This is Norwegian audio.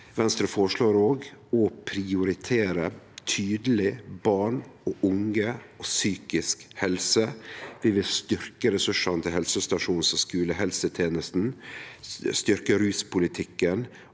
Venstre føreslår òg å prioritere tydeleg barn og unge og psykisk helse. Vi vil styrkje ressursane til helsestasjons- og skulehelsetenesta, styrkje ruspolitikken